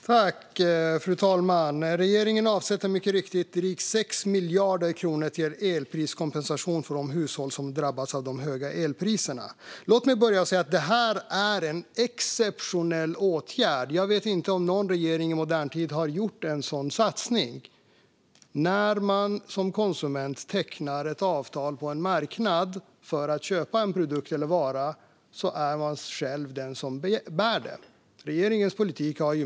Fru talman! Regeringen avsätter mycket riktigt drygt 6 miljarder kronor till en elpriskompensation för de hushåll som har drabbats av de höga elpriserna. Låt mig börja med att säga att det här är en exceptionell åtgärd. Jag vet inte om någon regering i modern tid har gjort en sådan satsning. När man som konsument tecknar ett avtal på en marknad för att köpa en tjänst eller vara är man själv den som bär kostnaden.